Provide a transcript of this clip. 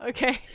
Okay